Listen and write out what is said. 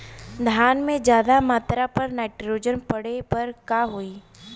धान में ज्यादा मात्रा पर नाइट्रोजन पड़े पर का होई?